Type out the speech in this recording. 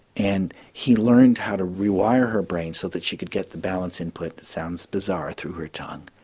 and he learned how to rewire her brain so that she could get the balance input, it sounds bizarre, through her tongue.